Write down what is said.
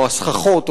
או הסככות,